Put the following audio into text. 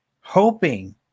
hoping